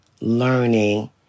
learning